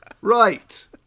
Right